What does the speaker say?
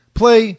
play